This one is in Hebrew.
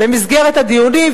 "במסגרת הדיונים",